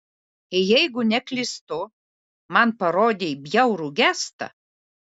jeigu neklystu man parodei bjaurų gestą